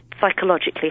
psychologically